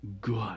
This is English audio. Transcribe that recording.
good